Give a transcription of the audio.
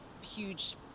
huge